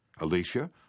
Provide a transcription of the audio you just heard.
Alicia